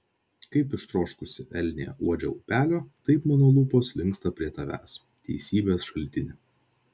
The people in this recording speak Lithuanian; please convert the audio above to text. kaip ištroškusi elnė uodžia upelio taip mano lūpos linksta prie tavęs teisybės šaltini